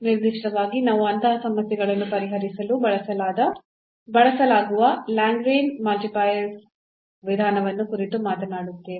ನಿರ್ದಿಷ್ಟವಾಗಿ ನಾವು ಅಂತಹ ಸಮಸ್ಯೆಗಳನ್ನು ಪರಿಹರಿಸಲು ಬಳಸಲಾಗುವ ಲ್ಯಾಗ್ರೇಂಜ್ನ ಮಲ್ಟಿಪ್ಲೈಯರ್ Lagrange's multiplier ವಿಧಾನವನ್ನು ಕುರಿತು ಮಾತನಾಡುತ್ತೇವೆ